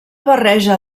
barreja